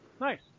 nice